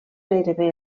gairebé